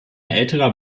älterer